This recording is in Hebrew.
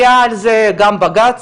היה על זה גם בג"צ